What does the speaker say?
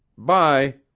bye.